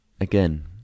again